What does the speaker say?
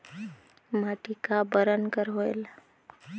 माटी का बरन कर होयल?